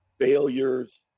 failures